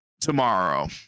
tomorrow